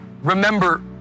Remember